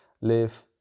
live